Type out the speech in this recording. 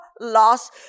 loss